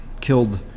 Killed